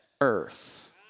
earth